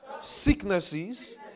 sicknesses